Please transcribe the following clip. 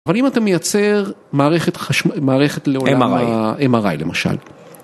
אבל אם אתה מייצר מערכת חשמל, מערכת ה-MRI למשל.